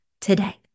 today